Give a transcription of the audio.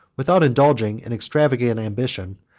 without indulging an extravagant ambition,